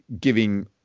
giving